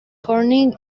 corning